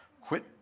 Quit